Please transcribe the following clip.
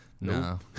No